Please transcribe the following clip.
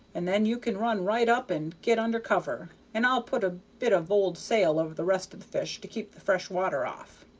and then you can run right up and get under cover, and i'll put a bit of old sail over the rest of the fish to keep the fresh water off.